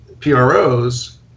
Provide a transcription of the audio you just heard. PROs